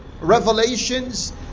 revelations